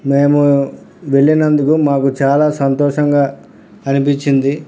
మేము వెళ్ళినందుకు మాకు చాలా సంతోషంగా అనిపించింది